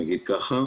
נגיד ככה,